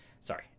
sorry